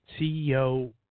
CEO